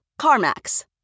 CarMax